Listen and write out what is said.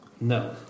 No